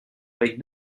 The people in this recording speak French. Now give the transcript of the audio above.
avec